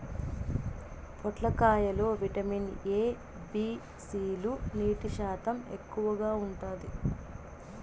పొట్లకాయ లో vitamin A, B, C లు, నీటి శాతం ఎక్కువగా ఉంటాది